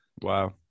Wow